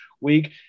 week